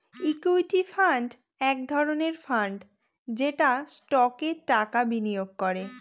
equity fund এক ধরনের fund যেটা স্টকে টাকা বিনিয়োগ করে